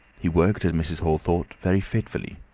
he worked, as mrs. hall thought, very fitfully.